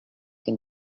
can